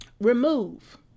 remove